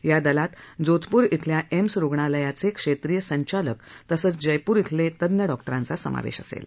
या दलात जोधप्र इथल्या एम्स रुग्णालयाचे क्षेत्रीय संचालक तसंच जयपूर इथले तज्ज्ञ डॉक्टरांचा समावेश असेल